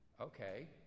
Okay